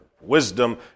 wisdom